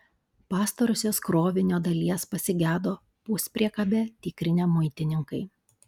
pastarosios krovinio dalies pasigedo puspriekabę tikrinę muitininkai